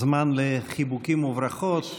זמן לחיבוקים וברכות,